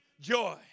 joy